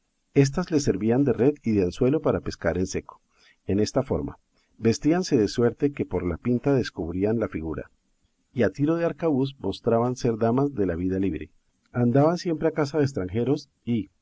éstas les servían de red y de anzuelo para pescar en seco en esta forma vestíanse de suerte que por la pinta descubrían la figura y a tiro de arcabuz mostraban ser damas de la vida libre andaban siempre a caza de estranjeros y